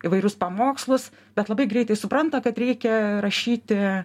įvairius pamokslus bet labai greitai supranta kad reikia rašyti